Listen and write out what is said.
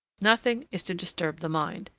nothing is to disturb the mind